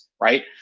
right